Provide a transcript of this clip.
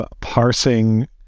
parsing